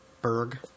Berg